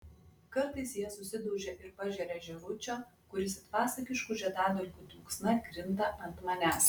kartais jie susidaužia ir pažeria žėručio kuris it pasakiškų žiedadulkių dulksna krinta ant manęs